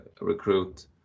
recruit